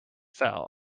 fell